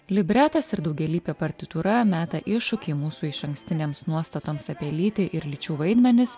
libretas ir daugialypė partitūra meta iššūkį mūsų išankstinėms nuostatoms apie lytį ir lyčių vaidmenis